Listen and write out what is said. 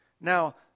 Now